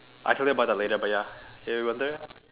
I'll tell you about that later but ya have you wonder